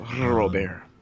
Robert